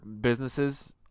businesses